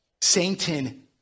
Satan